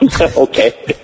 Okay